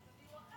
שיום אחד